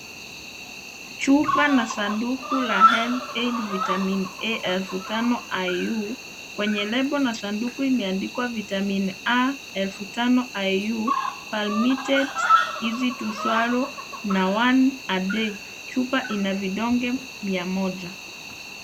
Chupa na sanduku la Heath Aid vitamin A 5000iu kwenye lebo na sanduku imeandikwa vitamin A 5000iu Permitted, Easy to swallow na one a day . Chupa ina vidonge mia moja.